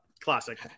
classic